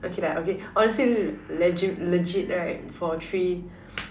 okay lah okay honestly l~ legit legit right for three